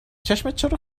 چرا